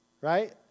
Right